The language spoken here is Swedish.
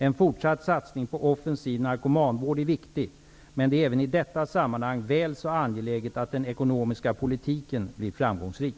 En fortsatt satsning på offensiv narkomanvård är viktig, men det är även i detta sammanhang väl så angeläget att den ekonomiska politiken blir framgångsrik.